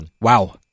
Wow